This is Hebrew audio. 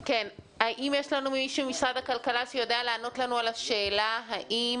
האם יש לנו מישהו ממשרד הכלכלה שיודע לענות על השאלה האם